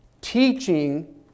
teaching